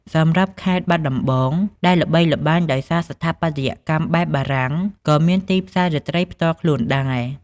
សម្រាប់ខេត្តបាត់ដំបង ដែលល្បីល្បាញដោយសារស្ថាបត្យកម្មបែបបារាំងក៏មានទីផ្សាររាត្រីផ្ទាល់ខ្លួនដែរ។